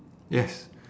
yes